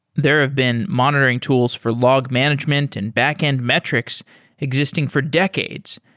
there have been monitoring tools for log management and backend metrics existing for decades,